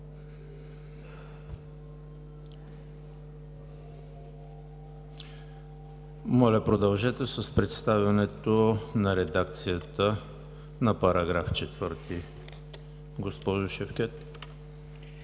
Моля, продължете с представянето на редакцията на § 4, госпожо Шевкед.